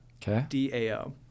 DAO